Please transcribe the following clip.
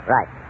Right